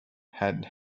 had